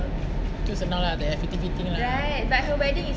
tu senang lah takyah fitting fitting lah